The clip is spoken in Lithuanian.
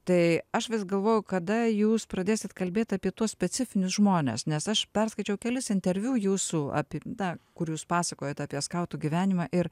tai aš vis galvoju kada jūs pradėsit kalbėt apie tuos specifinius žmones nes aš perskaičiau kelis interviu jūsų apie tą kur jūs pasakojot apie skautų gyvenimą ir